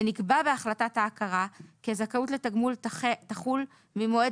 ונקבע בהחלטת ההכרה כי הזכאות לתגמול תחול ממועד